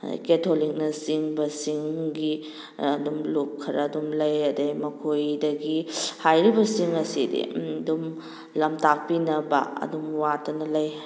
ꯑꯗꯩ ꯀꯦꯊꯣꯂꯤꯛꯅ ꯆꯤꯡꯕꯁꯤꯡꯒꯤ ꯑꯗꯨꯝ ꯂꯨꯞ ꯈꯔ ꯑꯗꯨꯝ ꯂꯩ ꯑꯗꯩ ꯃꯈꯣꯏꯗꯒꯤ ꯍꯥꯏꯔꯤꯕꯁꯤꯡ ꯑꯁꯤꯗꯤ ꯑꯗꯨꯝ ꯂꯝ ꯇꯥꯛꯄꯤꯅꯕ ꯑꯗꯨꯝ ꯋꯥꯠꯇꯅ ꯂꯩ